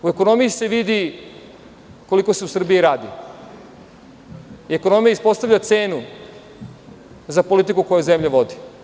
U ekonomiji se vidi koliko se u Srbiji radi i ekonomija ispostavlja cenu za politiku koju zemlja vodi.